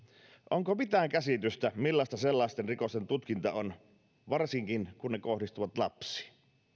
onko mitään käsitystä siitä millaista sellaisten rikosten tutkinta on varsinkin kun ne kohdistuvat lapsiin